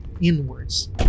inwards